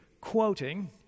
quoting